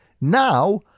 Now